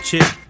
Chip